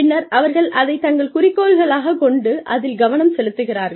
பின்னர் அவர்கள் அதை தங்கள் குறிக்கோளாகக் கொண்டு அதில் கவனம் செலுத்துகிறார்கள்